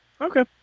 Okay